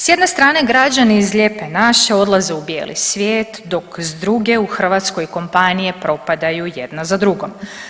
S jedne strane građani iz lijepe naše odlaze u bijeli svijet dok s druge u Hrvatskoj kompanije propadaju jedna za drugom.